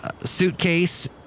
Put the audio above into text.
suitcase